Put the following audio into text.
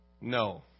No